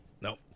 no